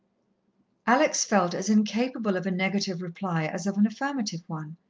alex felt as incapable of a negative reply as of an affirmative one.